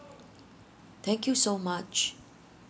thank you so much